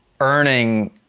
earning